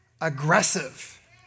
aggressive